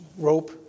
rope